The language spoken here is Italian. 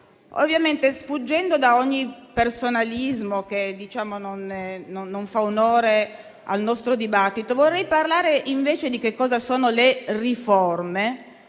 ovviamente da ogni personalismo, che non fa onore al nostro dibattito, vorrei parlare invece di cosa siano le riforme,